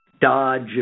dodge